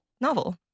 novel